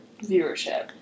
viewership